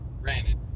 granted